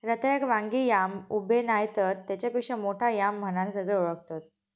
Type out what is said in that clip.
रताळ्याक वांगी याम, उबे नायतर तेच्यापेक्षा मोठो याम म्हणान सगळे ओळखतत